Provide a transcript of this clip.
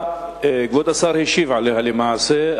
כבוד השר השיב על השאלה למעשה,